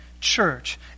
church